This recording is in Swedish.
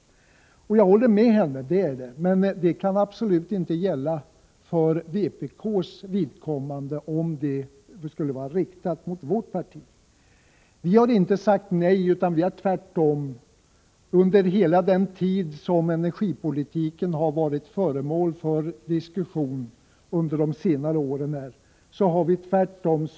Jag håller med henne. Men det kan absolut inte gälla för vpk:s vidkommande — om nu uttalandet skulle vara riktat mot vårt parti. Vi har inte sagt nej. Tvärtom har vi under senare år hela tiden som energipolitiken har varit föremål för diskussion sökt bidra till olika alternativ.